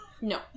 No